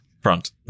Front